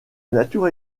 nature